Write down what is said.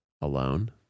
alone